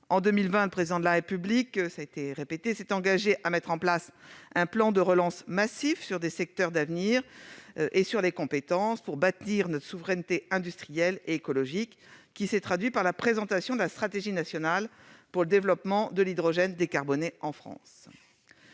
En 2020, le Président de la République s'est engagé à mettre en place un plan de relance massif axé sur des secteurs d'avenir et sur les compétences, afin de bâtir notre souveraineté industrielle et écologique. Cette ambition s'est traduite par la présentation de la stratégie nationale pour le développement de l'hydrogène décarboné en France.